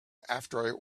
after